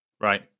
right